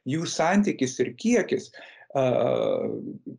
jų santykis ir kiekis a